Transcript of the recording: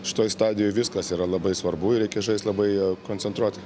šitoj stadijoj viskas yra labai svarbu ir reikia žaist labai koncentruotai